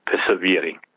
persevering